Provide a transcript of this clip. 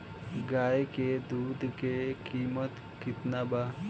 गाय के दूध के कीमत केतना बा?